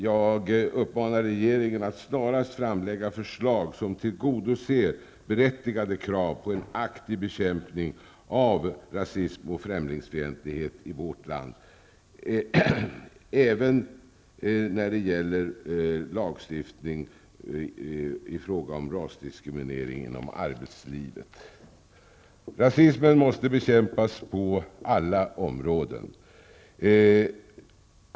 Jag uppmanar regeringen att snarast framlägga förslag som tillgodoser berättigade krav på en aktiv bekämpning av rasism och främlingsfientlighet i vårt land, även när det gäller lagstiftning mot rasdiskriminering inom arbetslivet. Rasismen måste bekämpas på alla områden.